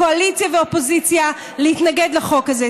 קואליציה ואופוזיציה, להתנגד לחוק הזה.